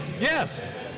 Yes